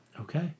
Okay